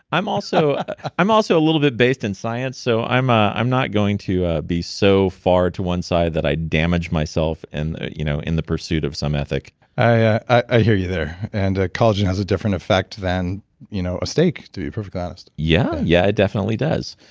i'm also i'm also a little bit based in science, so i'm i'm not going to ah be so far to one side that i damage myself and you know in the pursuit of some ethic i hear you there, and ah collagen has a different effect than you know a stake to be perfectly honest yeah, yeah it definitely does.